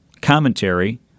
Commentary